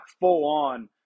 full-on